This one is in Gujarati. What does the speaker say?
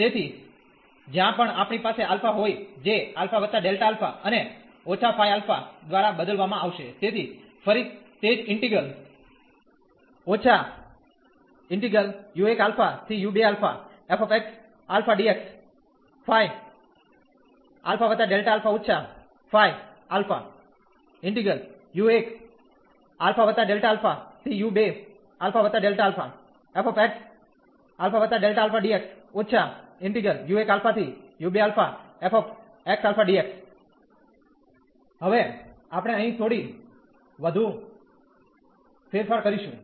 તેથી જ્યાં પણ આપણી પાસે α હોઇ જે α Δα અને −Φ α દ્વારા બદલવામાં આવશે તેથી ફરી તે જ ઈન્ટિગ્રલ હવે આપણે અહીં થોડી વધુ હેરફાર કરીશું